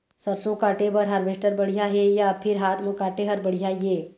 सरसों काटे बर हारवेस्टर बढ़िया हे या फिर हाथ म काटे हर बढ़िया ये?